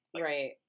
right